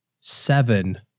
seven